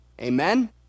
Amen